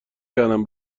کردم